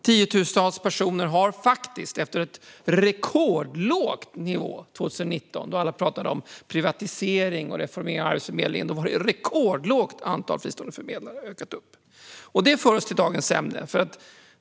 Tiotusentals personer har faktiskt fått hjälp av fristående förmedlare efter 2019 då alla pratade om privatisering och reformering av Arbetsförmedlingen och antalet fristående förmedlare var rekordlågt. Det för oss till dagens ämne.